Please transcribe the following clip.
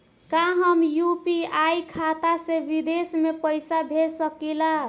का हम यू.पी.आई खाता से विदेश में पइसा भेज सकिला?